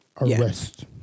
Arrest